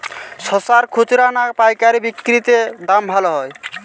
শশার খুচরা না পায়কারী বিক্রি তে দাম ভালো হয়?